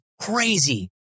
crazy